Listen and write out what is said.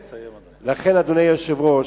לכן, אדוני היושב-ראש,